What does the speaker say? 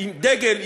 עם דגל,